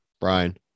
brian